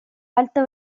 alta